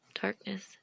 darkness